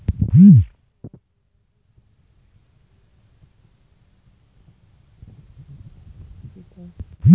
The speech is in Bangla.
অবিবাহিতা একজন একাকী নারী হিসেবে আমি কি কোনো স্বল্প সুদের ঋণ পাব?